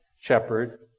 shepherd